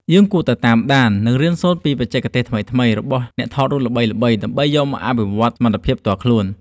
យើងគួរតែតាមដាន និងរៀនសូត្រពីបច្ចេកទេសថ្មីៗរបស់អ្នកថតរូបល្បីៗដើម្បីយកមកអភិវឌ្ឍសមត្ថភាពផ្ទាល់ខ្លួន។